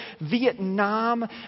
Vietnam